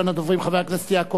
הצעות לסדר-היום